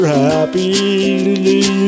happy